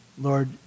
Lord